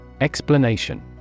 Explanation